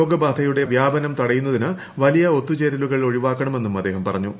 രോഗബാധയുടെ വ്യാപനം തടയുന്നതിന് വലിയ ഒത്തുചേരലുകൾ ഒഴിവാക്കണമെന്നും അദ്ദേഹം പറഞ്ഞു